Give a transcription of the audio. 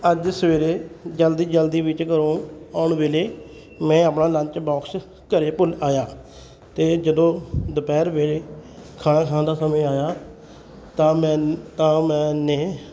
ਅੱਜ ਸਵੇਰੇ ਜਲਦੀ ਜਲਦੀ ਵਿੱਚ ਘਰੋਂ ਆਉਣ ਵੇਲੇ ਮੈਂ ਆਪਣਾ ਲੰਚ ਬੋਕਸ ਘਰ ਭੁੱਲ ਆਇਆ ਅਤੇ ਜਦੋਂ ਦੁਪਹਿਰ ਵੇਲੇ ਖਾਣਾ ਖਾਣ ਦਾ ਸਮੇਂ ਆਇਆ ਤਾਂ ਮੈਂ ਤਾਂ ਮੈਂ ਨੇ